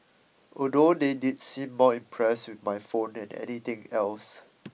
although they did seem more impressed with my phone than anything else